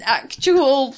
actual